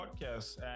podcast